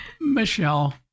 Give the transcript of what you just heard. Michelle